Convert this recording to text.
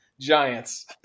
giants